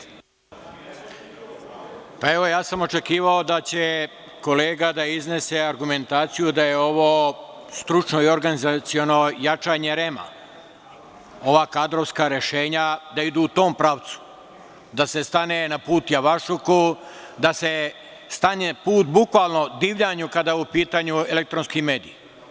Evo, ja sam očekivao da će kolega da iznese argumentaciju da je ovo stručno i organizaciono jačanje REM, ova kadrovska rešenja da idu u tom pravcu, da se stane na put javašluku, da se stane na put, bukvalno divljanju, kada su u pitanju elektronski mediji.